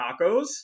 tacos